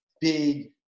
big